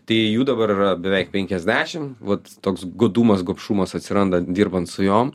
tai jų dabar yra beveik penkiasdešim vat toks godumas gobšumas atsiranda dirbant su jom